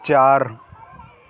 چار